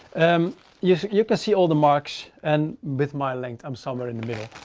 um yeah you can see all the marks and with my length, i'm somewhere in the middle.